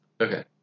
Okay